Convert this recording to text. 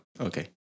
Okay